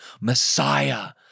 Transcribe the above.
Messiah